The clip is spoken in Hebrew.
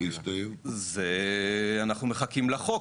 אנחנו מחכים לחוק,